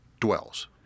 dwells